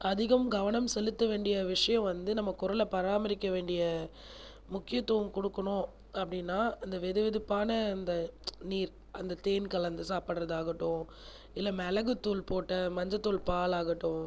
அதிகம் கவனம் செலுத்த வேண்டிய விஷயம் வந்து நம்ம குரலை பராமரிக்க வேண்டியே முக்கியத்துவம் கொடுக்கணும் அப்படின்னா அந்த வெதுவெதுப்பான அந்த நீர் அந்த தேன் கலந்து சாப்பிட்றது ஆகட்டும் இல்லை மிளகு தூள் போட்ட மஞ்சள் தூள் பால் ஆகட்டும்